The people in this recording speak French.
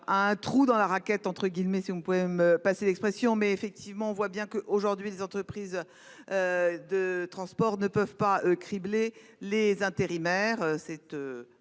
un trou dans la raquette, entre guillemets si vous pouvez me passer l'expression, mais effectivement on voit bien que aujourd'hui les entreprises. De transport ne peuvent pas criblés les intérimaires